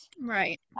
right